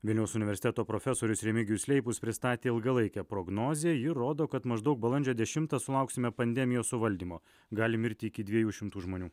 vilniaus universiteto profesorius remigijus leipus pristatė ilgalaikę prognozę ji rodo kad maždaug balandžio dešimtą sulauksime pandemijos suvaldymo gali mirti iki dviejų šimtų žmonių